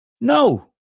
No